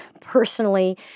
personally